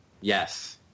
Yes